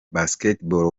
basketball